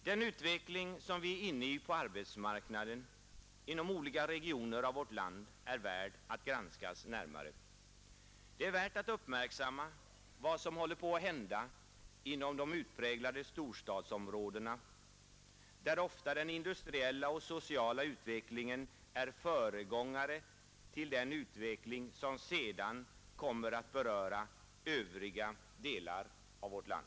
Den utveckling som vi är inne i på arbetsmarknaden inom olika regioner av vårt land är värd att granskas närmare, Det är värt att uppmärksamma vad som håller på att hända inom de utpräglade storstadsområdena, där den industriella och den sociala utvecklingen ofta är föregångare till den utveckling som sedan kommer att beröra övriga delar av vårt land.